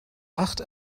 acht